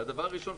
הדבר הראשון,